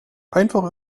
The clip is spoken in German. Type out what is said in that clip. einfach